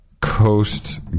Coast